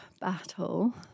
battle